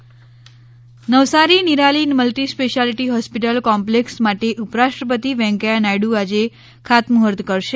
ઉપરાષ્ટ્રપતિ નવસારીની Nirali multispeciality hospital complex માટે ઉપરાષ્ટ્રપતિ વેંકૈયા નાયડુ આજે ખાતમુહૂર્ત કરશે